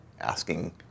asking